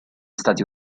stati